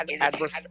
adverse